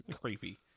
creepy